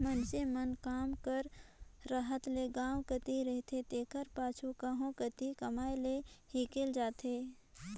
मइनसे मन काम कर रहत ले गाँव कती रहथें तेकर पाछू कहों कती कमाए लें हिंकेल जाथें